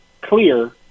clear